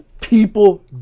People